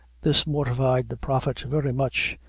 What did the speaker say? this mortified the prophet very much,